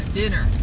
dinner